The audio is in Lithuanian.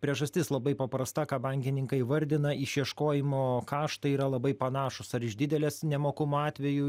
priežastis labai paprasta ką bankininkai įvardina išieškojimo kaštai yra labai panašūs ar iš didelės nemokumo atvejų